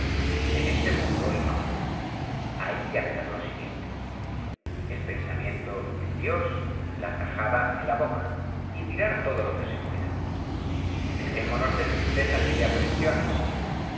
en este mundo hijo hay que hacer lo siguiente el pensamiento en dios la tajada en la boca y tirar todo lo que se pueda dejémonos de tristezas y de aprensiones